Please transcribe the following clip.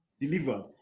delivered